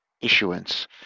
issuance